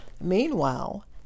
meanwhile